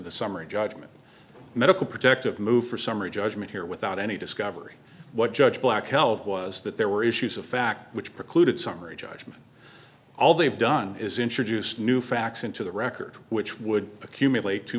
the summary judgment medical protective move for summary judgment here without any discovery what judge black held was that there were issues of fact which precluded summary judgment all they've done is introduce new facts into the record which would accumulate t